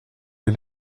les